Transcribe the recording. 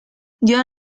dio